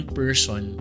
person